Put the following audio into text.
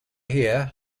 here